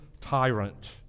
tyrant